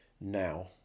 now